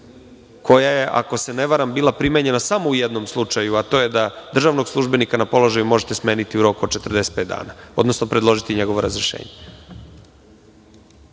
koja je, ako se ne varam, bila primenjena samo u jednom slučaju, a to je da državnog službenika na položaju možete smeniti u roku od 45 dana, odnosno predložiti njegovo razrešenje.